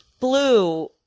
blue,